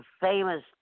famous